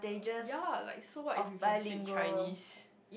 ya like so what if you can speak Chinese